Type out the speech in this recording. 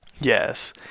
Yes